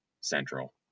central